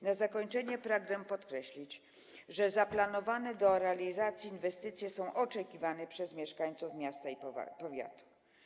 Na zakończenie pragnę podkreślić, że zaplanowane do realizacji inwestycje są oczekiwane przez mieszkańców miasta i powiatu.